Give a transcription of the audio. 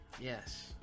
Yes